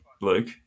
Luke